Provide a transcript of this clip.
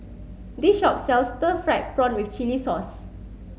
this shop sells stir fried prawn with chili sauce